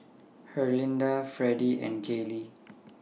Herlinda Freddie and Caylee